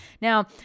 Now